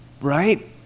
Right